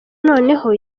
noneho